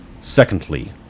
Secondly